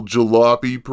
Jalopy